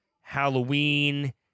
Halloween